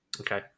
Okay